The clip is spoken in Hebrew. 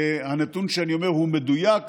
הנתון שאני אומר הוא מדויק,